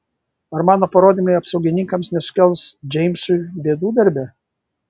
ar mano parodymai apsaugininkams nesukels džeimsui bėdų darbe